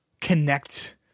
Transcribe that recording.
connect